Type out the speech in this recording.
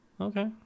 Okay